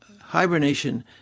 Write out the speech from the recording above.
hibernation